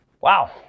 wow